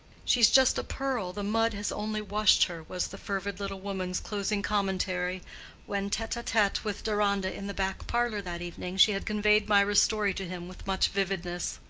she's just a pearl the mud has only washed her, was the fervid little woman's closing commentary when, tete-a-tete with deronda in the back parlor that evening, she had conveyed mirah's story to him with much vividness.